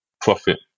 profit